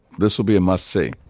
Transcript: this will be a must-see.